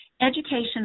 Education